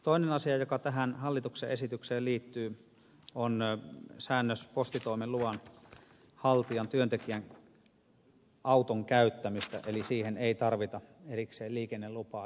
toinen asia joka tähän hallituksen esitykseen liittyy on säännös postitoimen luvanhaltijan työntekijän auton käyttämisestä eli siihen ei tarvita erikseen liikennelupaa